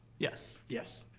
yes, yes.